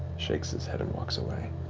shakes his head and walks away.